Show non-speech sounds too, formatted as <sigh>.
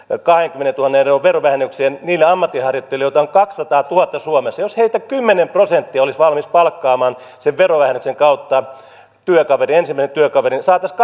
kahdenkymmenentuhannen euron verovähennykseen niille ammatinharjoittajille joita on kahdessasadassatuhannessa suomessa jos heistä kymmenen prosenttia olisi valmis palkkaamaan sen verovähennyksen kautta ensimmäisen työkaverin saataisiin <unintelligible>